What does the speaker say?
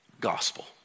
gospel